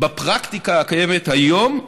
בפרקטיקה הקיימת היום,